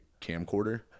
camcorder